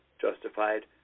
justified